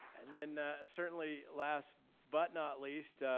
and then certainly, last but not least,